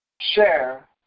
share